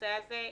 בנושא הזה.